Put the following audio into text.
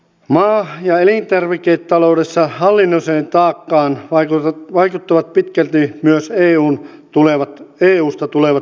maa ja elintarviketaloudessa hallinnolliseen taakkaan vaikuttavat pitkälti myös eusta tulevat määräykset